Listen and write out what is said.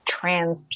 trans